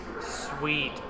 Sweet